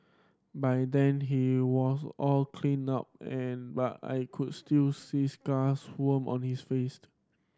by then he was all cleaned up and but I could still see scars on his face